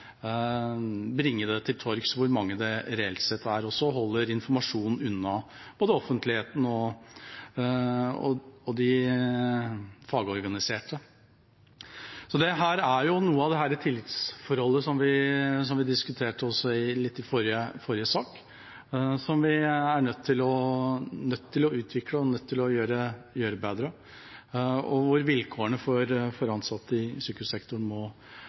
bringe til torgs hvor mange det reelt sett er, og så holder informasjon unna offentligheten og de fagorganiserte. Det er noe av det tillitsforholdet, som vi diskuterte litt i forrige sak, som vi er nødt til å utvikle og gjøre bedre. Vilkårene for ansatte i sykehussektoren må